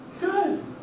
Good